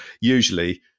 Usually